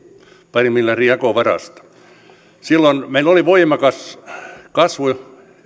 parin miljardin jakovarasta silloin meillä oli voimakas kasvu